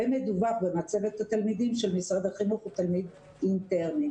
ומדווח במצבת התלמידים של משרד החינוך הוא תלמיד אינטרני.